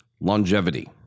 longevity